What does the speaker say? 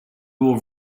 will